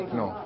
no